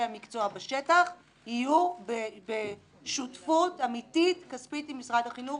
המקצוע בשטח יהיו בשותפות אמיתית כספית עם משרד החינוך